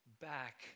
back